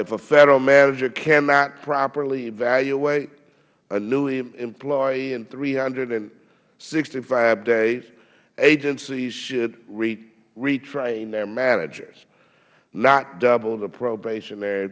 if a federal manager cannot properly evaluate a new employee in three hundred and sixty five days agencies should retrain their managers not double the probationary